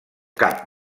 cap